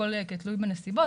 הכל תלוי בנסיבות,